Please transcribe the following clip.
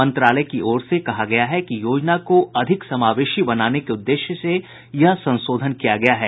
मंत्रालय की ओर से कहा गया है कि योजना को अधिक समावेशी बनाने के उद्देश्य से यह संशोधन किया गया है